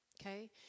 Okay